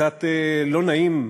קצת לא נעים,